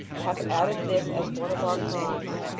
hath added this as one of our crimes,